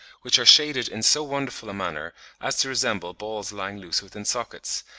which are shaded in so wonderful a manner as to resemble balls lying loose within sockets,